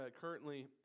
currently